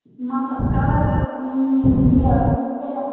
مَطلَب کَلَر یہِ